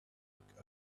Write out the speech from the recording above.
looked